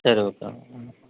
சரி ஓகே ம்